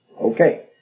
Okay